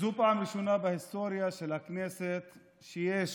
זו הפעם הראשונה בהיסטוריה של הכנסת שיש